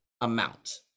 amount